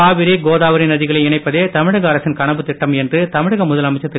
காவிரி கோதாவரி நதிகளை இணைப்பதே தமிழக அரசின் கனவுத் திட்டம் என்று தமிழக முதலமைச்சர் திரு